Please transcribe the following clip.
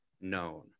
known